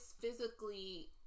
physically